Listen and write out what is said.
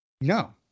No